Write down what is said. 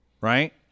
right